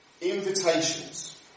Invitations